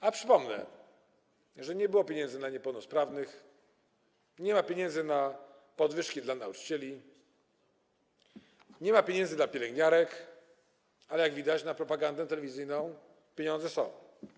A przypomnę, że nie było pieniędzy na niepełnosprawnych, nie ma pieniędzy na podwyżki dla nauczycieli, nie ma pieniędzy dla pielęgniarek, ale, jak widać, na propagandę telewizyjną pieniądze są.